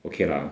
okay lah